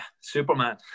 Superman